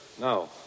no